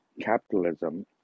capitalism